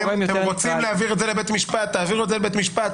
אם אתם רוצים להעביר את זה לבית המשפט תעבירו לבית משפט,